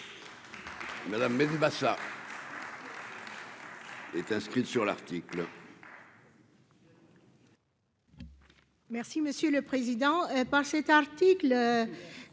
Madame Benbassa. Est inscrite sur l'article.